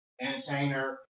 entertainer